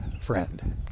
friend